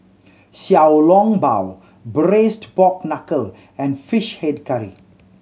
Xiao Long Bao Braised Pork Knuckle and Fish Head Curry